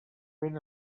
ben